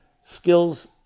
skills